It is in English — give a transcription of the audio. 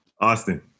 Austin